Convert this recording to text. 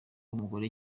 umugore